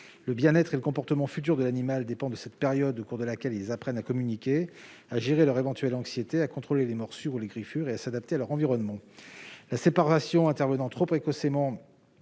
Le bien-être et le comportement futur de l'animal dépend de cette période, au cours de laquelle il apprend à communiquer, à gérer son éventuelle anxiété, à contrôler les morsures ou les griffures et à s'adapter à son environnement. En cas de séparation trop précoce,